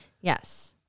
Yes